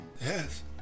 Yes